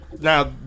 now